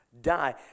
die